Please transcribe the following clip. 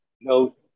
No